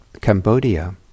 Cambodia